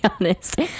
honest